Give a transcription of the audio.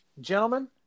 gentlemen